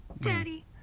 Daddy